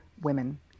women